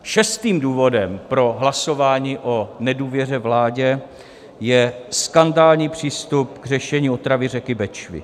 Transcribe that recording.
Šestým důvodem pro hlasování o nedůvěře vládě je skandální přístup k řešení otravy řeky Bečvy.